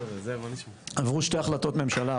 עברו שתי החלטות ממשלה,